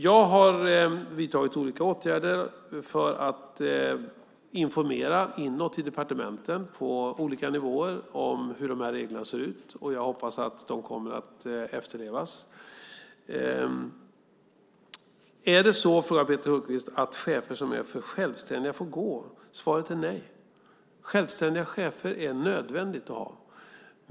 Jag har vidtagit olika åtgärder för att informera inåt i departementen på olika nivåer om hur de här reglerna ser ut. Jag hoppas att de kommer att efterlevas. Är det så, frågar Peter Hultqvist, att chefer som är för självständiga får gå? Svaret är nej. Självständiga chefer är nödvändigt att ha.